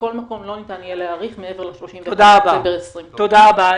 מכל מקום לא ניתן יהיה להאריך מעבר ל-31 בדצמבר 2020. תודה רבה.